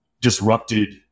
disrupted